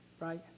right